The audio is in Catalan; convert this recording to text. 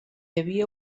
havia